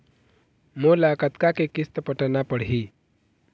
मोला कतका के किस्त पटाना पड़ही?